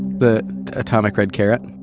the atomic red carrot